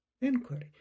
inquiry